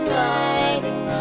lighting